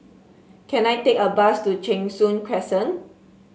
can I take a bus to Cheng Soon Crescent